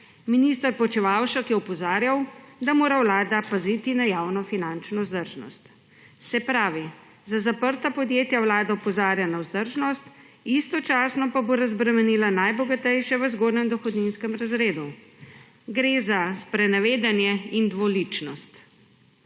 Minister Počivalšek je opozarjal, da mora Vlada paziti na javnofinančno vzdržnost. Se pravi, za zaprta podjetja Vlada opozarja na vzdržnost, istočasno pa bo razbremenila najbogatejše v zgornjem dohodninskem razredu. Gre za sprenevedanje in dvoličnost.